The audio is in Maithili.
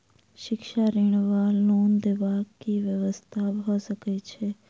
शिक्षा ऋण वा लोन देबाक की व्यवस्था भऽ सकै छै?